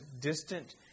distant